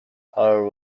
horror